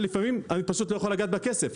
ולפעמים אני פשוט לא יכול לגעת בכסף.